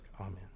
Amen